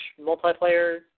multiplayer